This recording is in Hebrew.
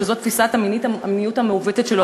שזו תפיסת המיניות המעוותת שלו,